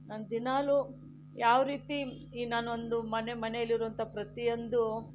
ನಾನು ದಿನಾಲು ಯಾವ ರೀತಿ ಈ ನಾನೊಂದು ಮನೆ ಮನೆಯಲ್ಲಿರುವಂತಹ ಪ್ರತಿಯೊಂದು